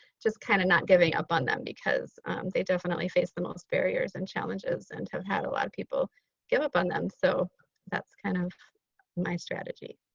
just kind of not giving up on them because they definitely face the most barriers and challenges and have had a lot of people give up on them. so that's kind of my strategy.